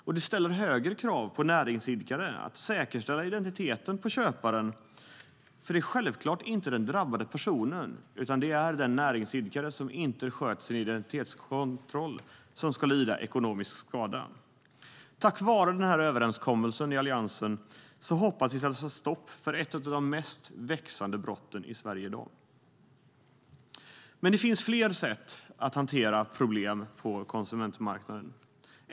Och det ställer högre krav på näringsidkare att säkerställa köparens identitet, för det är självklart inte den drabbade personen utan den näringsidkare som inte sköter sin identitetskontroll som ska lida ekonomisk skada. Tack vare denna överenskommelse i Alliansen hoppas vi att vi ska kunna sätta stopp för ett av de mest växande brotten i Sverige i dag. Men det finns fler sätt att hantera problem på konsumentmarknaden.